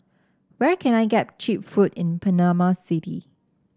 where can I get cheap food in Panama City